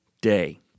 day